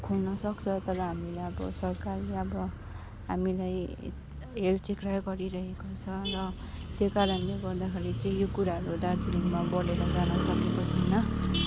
खोल्न सक्छ तर हामीलाई अब सरकारले अब हामीलाई हेलचेक्र्याइँ गरिरहेको छ र त्यो कारणले गर्दाखेरि चाहिँ यो कुराहरू दार्जिलिङमा बढेर जान सकेको छैन